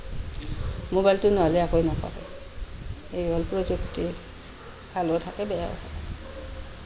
মোবাইলটো নহ'লে একোৱে নাখায় এয়ে হ'ল প্ৰযুক্তি ভালো থাকে বেয়াও থাকে